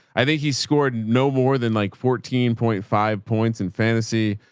i think he scored and no more than like fourteen point five points and fantasy.